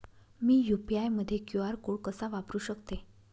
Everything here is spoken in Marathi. मी यू.पी.आय मध्ये क्यू.आर कोड कसा वापरु शकते?